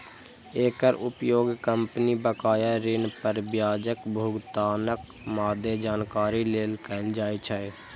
एकर उपयोग कंपनी बकाया ऋण पर ब्याजक भुगतानक मादे जानकारी लेल कैल जाइ छै